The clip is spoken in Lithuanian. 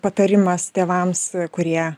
patarimas tėvams kurie